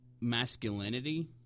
masculinity